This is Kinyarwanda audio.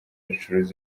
acuruza